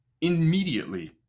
immediately